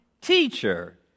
Teacher